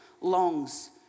longs